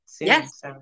Yes